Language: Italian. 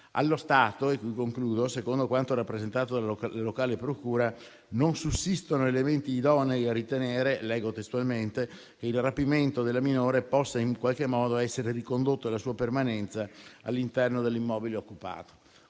Allo stato, secondo quanto rappresentato dalla locale procura, non sussistono elementi idonei a ritenere che il rapimento della minore possa essere in qualche modo ricondotto alla sua permanenza all'interno dell'immobile occupato.